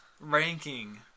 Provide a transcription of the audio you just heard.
ranking